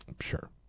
Sure